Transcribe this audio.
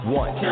one